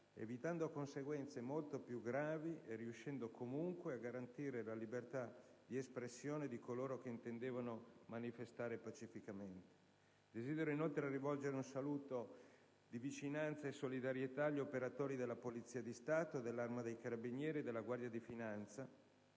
evitando conseguenze molto più gravi e riuscendo comunque a garantire la libertà di espressione di coloro che intendevano manifestare pacificamente. Desidero inoltre rivolgere un saluto di vicinanza e solidarietà agli operatori della Polizia di Stato, dell'Arma dei carabinieri e della Guardia di finanza,